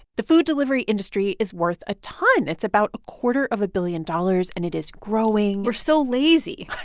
the food delivery industry is worth a ton. it's about a quarter of a billion dollars, and it is growing we're so lazy